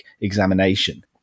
examination